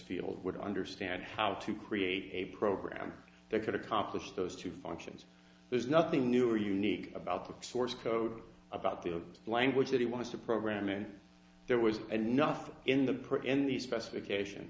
field would understand how to create a program that could accomplish those two functions there's nothing new or unique about the source code about the language that he wanted to program and there was enough in the in the specification